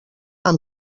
amb